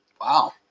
Wow